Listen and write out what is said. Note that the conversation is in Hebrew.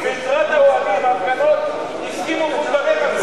ורק עם האוהלים, ההפגנות, הסכימו לדבר על זה.